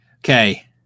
Okay